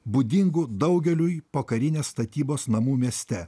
būdingu daugeliui pokarinės statybos namų mieste